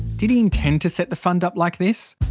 did he intend to set the fund up like this?